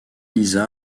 lisa